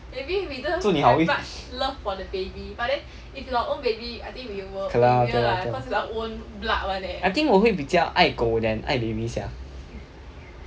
祝你好运 okay lor okay lor okay lor I think 我会比较爱狗 then 爱 baby sia